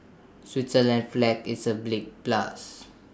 Switzerland's flag is A plus